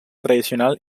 tradicional